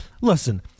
listen